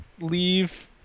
leave